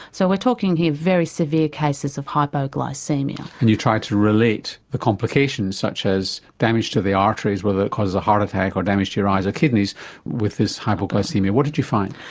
so we're talking here of very severe cases of hypoglycaemia. and you tried to relate the complications such as damage to the arteries whether that causes a heart attack or damage to your eyes or kidneys with this hypoglycaemia. what did you find?